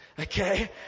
okay